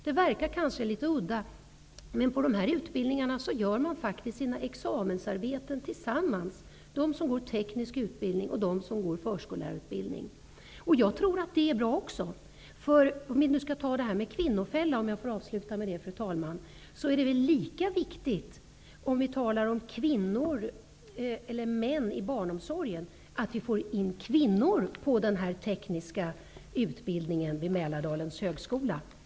Det verkar kanske litet udda, men på dessa utbildningar gör man faktiskt sina examensarbeten tillsammans, de som går teknisk utbildning och de som går förskollärarutbildning. Jag tror att detta är bra. Jag vill, fru talman, avsluta mitt inlägg med att tala om kvinnofällan. Vi talar om att få in män i barnomsorgen, men det är lika viktigt att få in kvinnor på den tekniska utbildningen vid Mälardalens högskola.